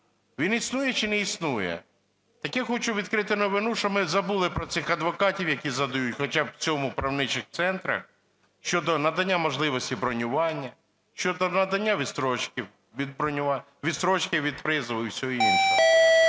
він існує чи не існує? Так я хочу відкрити новину, що ми забули про цих адвокатів, які згадують, хоча б в цих правничих центрах щодо надання можливості бронювання, щодо надання відстрочки від призову і всього іншого.